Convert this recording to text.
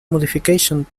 modification